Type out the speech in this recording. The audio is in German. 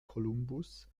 columbus